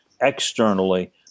externally